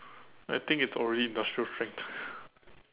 I think it's already industrial strength